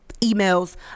Emails